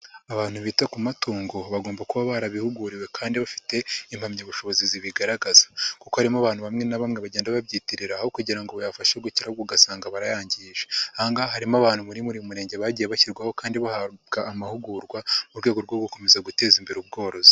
Abantu bita ku matungo, bagomba kuba barabihuguriwe kandi bafite impamyabushobozi zibigaragaza kuko harimo abantu bamwe na bamwe bagenda babyitirira aho kugira ngo babayafashe gukiraraho ugasanga barayangije. Aha ngaha harimo abantu muri buri murenge bagiye bashyirwaho kandi bahabwa amahugurwa, mu rwego rwo gukomeza guteza imbere ubworozi.